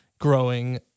growing